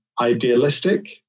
idealistic